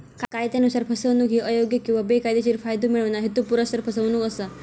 कायदयानुसार, फसवणूक ही अयोग्य किंवा बेकायदेशीर फायदो मिळवणा, हेतुपुरस्सर फसवणूक असा